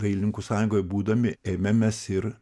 dailininkų sąjungoj būdami ėmėmės ir